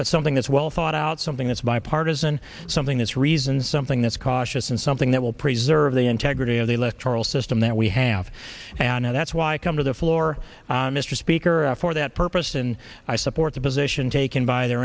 but something that's well thought out something that's bipartisan something that's reasoned something that's cautious and something that will preserve the integrity of the electoral system that we have and that's why i come to the floor mr speaker for that purpose and i support the position taken by the